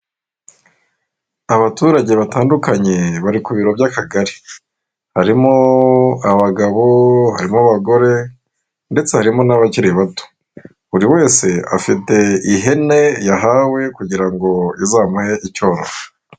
Abaturage batandukanye bari ku biro by'akagari harimo abagabo, harimo abagore ndetse harimo n'abakiri bato, buri wese afite ihene yahawe kugira ngo izamuhe icyororo.